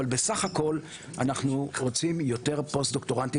אבל בסך הכול אנחנו רוצים יותר פוסט-דוקטורנטים